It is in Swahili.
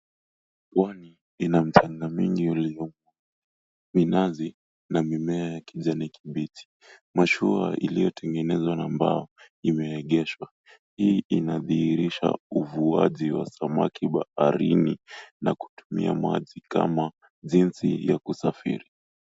Pwani ina mchanga mingi uliyopo, minazi na mimea ya kijani kibichi. Mashua iliyotengenezwa na mbao imeegeshwa hii inadhihirisha uvuaji wa samaki baharini na kutumia maji kama jinsi ya kusafiri.